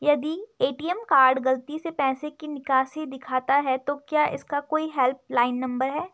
यदि ATM card गलती से पैसे की निकासी दिखाता है तो क्या इसका कोई हेल्प लाइन नम्बर है?